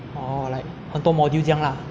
orh like 很多 module 这样 lah